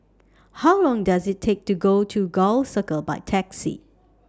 How Long Does IT Take to get to Gul Circle By Taxi